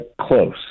Close